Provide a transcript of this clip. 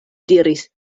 diris